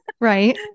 Right